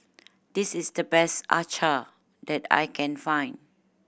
this is the best acar that I can find